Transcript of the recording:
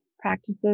practices